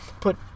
put